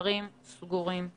נשארים סגורים.